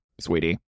sweetie